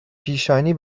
پیشانی